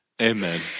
Amen